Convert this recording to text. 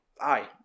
aye